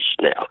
now